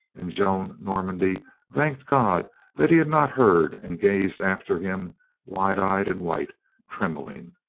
and joan normandy thanked god that he had not heard and gazed after him wide-eyed and white, trembling.